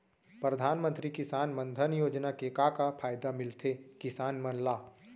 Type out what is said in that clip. परधानमंतरी किसान मन धन योजना के का का फायदा मिलथे किसान मन ला?